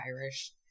Irish